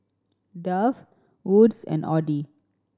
Dove Wood's and Audi